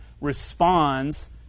responds